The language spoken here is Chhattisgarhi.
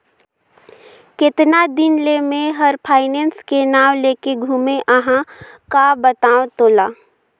केतना दिन ले मे हर फायनेस के नाव लेके घूमें अहाँ का बतावं तोला